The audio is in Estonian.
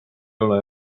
ole